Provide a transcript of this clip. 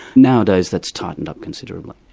nowadays that's tightened up considerably.